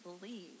believe